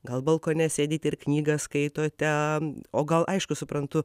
gal balkone sėdit ir knygą skaitote o gal aišku suprantu